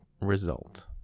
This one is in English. result